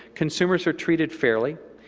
consumers are treated fairly,